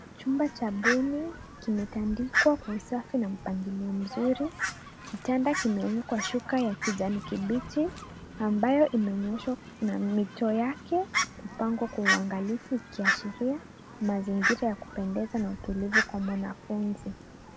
Chumba cha bweni kimetandikwa kwa usafi na mpangilio mzuri. Kitanda kimewekwa shuka ya kijani kibichi ambayo imenyooshwa na mito yake, kupangwa kwa uanagalifu ikiashiria mazingira ya kupendeza na utulivu kwa mwanafunzi.